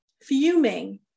fuming